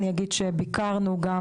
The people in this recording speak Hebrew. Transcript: אני אגיד שביקרנו גם